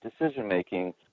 decision-making